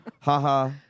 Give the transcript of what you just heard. ha-ha